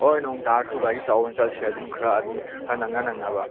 ꯍꯣꯏ ꯅꯣꯡ ꯇꯥꯔꯁꯨ ꯒꯥꯔꯤ ꯑꯆꯧꯕꯅ ꯆꯠꯁꯦ ꯑꯗꯨꯝ ꯈꯔ ꯑꯗꯨꯝ ꯈꯔ ꯅꯪꯅ ꯅꯪꯅꯕ